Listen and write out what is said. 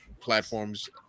platforms